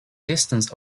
distance